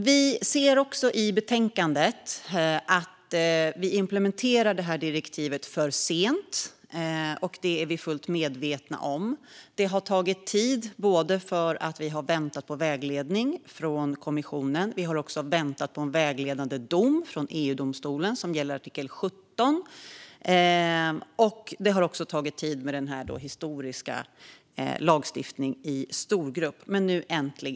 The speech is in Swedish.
Vi ser också i betänkandet att direktivet implementeras för sent, och det är vi fullt medvetna om. Det har tagit tid på grund av att vi väntat på vägledning från kommissionen och på en vägledande dom från EU-domstolen som gäller artikel 17. Det historiska lagstiftandet i storgrupp har också tagit tid.